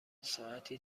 ساعتی